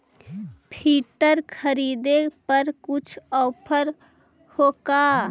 Filter खरिदे पर कुछ औफर है का?